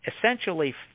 essentially